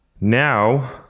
Now